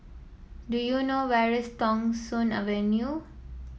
do you know where is Thong Soon Avenue